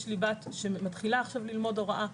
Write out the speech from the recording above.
יש לי בת שמתחילה עכשיו ללמוד הוראה.